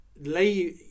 lay